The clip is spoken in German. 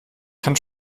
kann